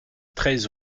treize